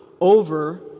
over